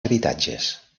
habitatges